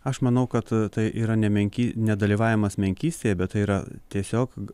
aš manau kad tai yra nemenki nedalyvavimas menkystėje bet tai yra tiesiog